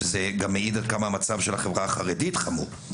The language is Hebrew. שזה גם מעיד על כמה המצב של החברה החרדית חמור.